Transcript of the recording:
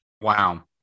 Wow